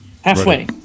Halfway